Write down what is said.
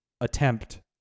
attempt